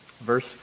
Verse